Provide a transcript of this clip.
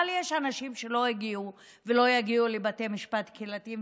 אבל יש אנשים שלא הגיעו ולא יגיעו לבתי משפט קהילתיים,